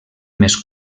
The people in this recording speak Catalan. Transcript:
més